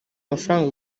mafaranga